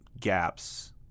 gaps